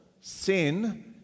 sin